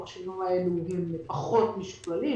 המכשירים האלה פחות משוכללים.